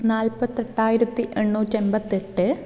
നാൽപ്പത്തെട്ടായിരത്തി എണ്ണൂറ്റി എൺപത്തെട്ട്